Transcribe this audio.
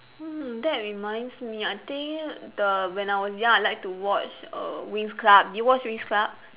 hmm that reminds me I think the when I was young I like to watch err winx club do you watch winx club